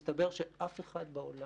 מסתבר שאף אחד בעולם,